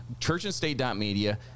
churchandstate.media